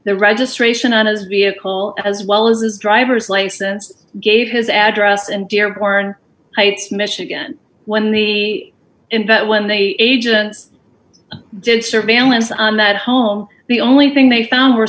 the registration on his vehicle as well as his driver's license gave his address and dearborn heights michigan when me and but when they age and did surveillance on that home the only thing they found were